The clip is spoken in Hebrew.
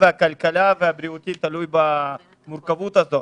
הכלכלה והבריאות תלוי במורכבות הזו,